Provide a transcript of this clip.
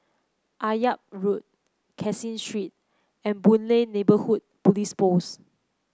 Akyab Road Caseen Street and Boon Lay Neighbourhood Police Post